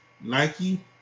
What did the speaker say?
Nike